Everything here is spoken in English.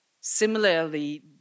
Similarly